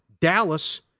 Dallas